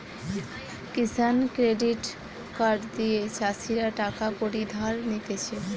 কিষান credit card দিয়ে চাষীরা টাকা কড়ি ধার নিতেছে